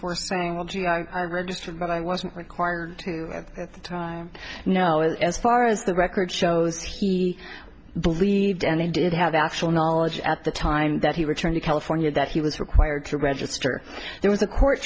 for saying well gee i registered but i wasn't required to have at the time know it as far as the record shows he believed and he did have actual knowledge at the time that he returned to california that he was required to register there was a court